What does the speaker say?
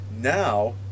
Now